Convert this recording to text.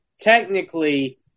technically